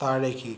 താഴേക്ക്